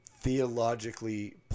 theologically